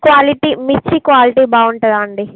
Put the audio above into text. quality మిర్చి quality బాగుంటుందా అండి